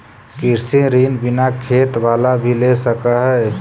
कृषि ऋण बिना खेत बाला भी ले सक है?